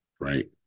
right